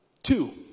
Two